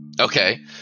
Okay